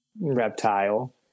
reptile